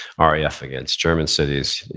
ah raf against german cities,